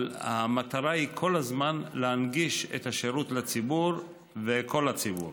אבל המטרה היא כל הזמן להנגיש את השירות לציבור ולכל הציבור.